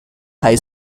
high